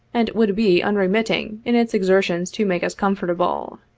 and would be unremitting in its exertions to make us comfortable.